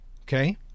Okay